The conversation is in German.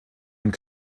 und